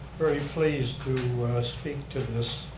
very pleased to speak to this.